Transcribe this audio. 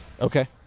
Okay